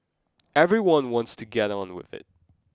everyone wants to get on with it